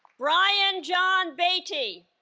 brian john beaty